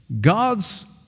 God's